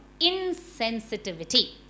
insensitivity